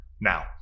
now